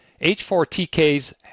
H4TKs